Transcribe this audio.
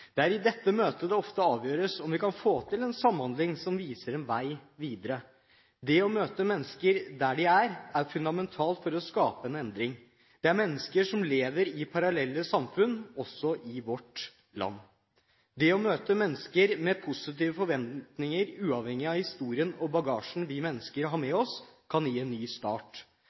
Det er i dette møtet det ofte avgjøres om vi kan få til en samhandling som viser en vei videre. Det å møte mennesker der de er, er fundamentalt for å skape en endring. Det er mennesker som lever i parallelle samfunn, også i vårt land. Det å møte mennesker med positive forventninger uavhengig av historien og bagasjen vi mennesker har med oss, kan gi en ny start.